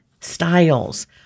styles